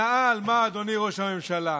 הנאה על מה, אדוני ראש הממשלה?